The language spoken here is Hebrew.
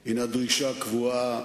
היא דרישה קבועה,